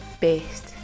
best